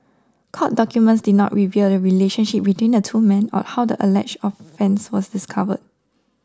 court documents did not reveal the relationship between the two men or how the alleged offence was discovered